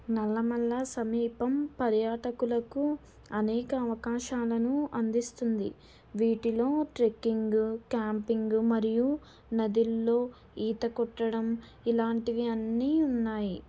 నల్లమల్ల సమీపం పర్యాటకులకు అనేక అవకాశాలను అందిస్తుంది వీటిలో ట్రెక్కింగ్ క్యాంపింగ్ మరియు నదుల్లో ఈత కొట్టడం ఇలాంటివి అన్నీ ఉన్నాయి